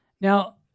Now